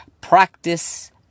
practice